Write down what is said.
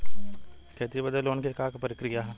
खेती बदे लोन के का प्रक्रिया ह?